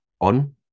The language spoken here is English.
on